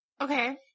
Okay